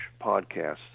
podcasts